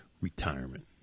retirement